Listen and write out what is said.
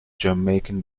jamaican